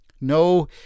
No